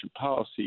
policy